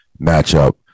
matchup